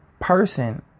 person